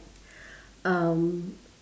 um